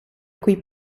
cui